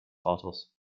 vaters